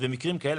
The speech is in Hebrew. במקרים כאלה,